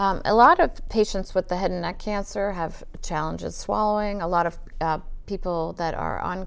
a lot of patients with the head and neck cancer have challenges swallowing a lot of people that are on